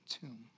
tomb